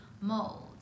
mold